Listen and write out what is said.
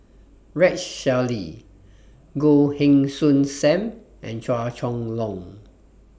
Rex Shelley Goh Heng Soon SAM and Chua Chong Long